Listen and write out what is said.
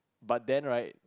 but then right